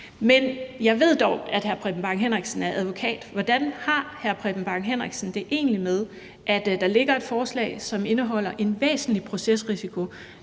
Men jeg ved dog, at hr. Preben Bang Henriksen er advokat. Hvordan har hr. Preben Bang Henriksen det egentlig med, at der ligger et forslag, som indeholder en væsentlig procesrisiko?